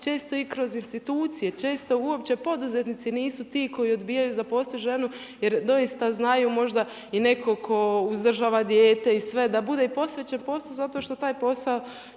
često i kroz institucije, često uopće poduzetnici nisu ti koji odbijaju zaposliti ženu jer doista znaju možda i nekog tko uzdržava dijete i sve da bude posvećen poslu zato što taj posao